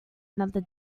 another